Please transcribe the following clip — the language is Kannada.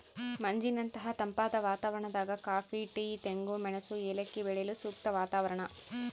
ಮಂಜಿನಂತಹ ತಂಪಾದ ವಾತಾವರಣದಾಗ ಕಾಫಿ ಟೀ ತೆಂಗು ಮೆಣಸು ಏಲಕ್ಕಿ ಬೆಳೆಯಲು ಸೂಕ್ತ ವಾತಾವರಣ